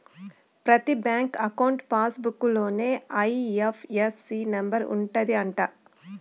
ప్రతి bank account passbook లోనే IFSC number ఉంటది అంట